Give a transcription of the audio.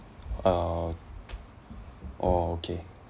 uh oh okay